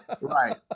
Right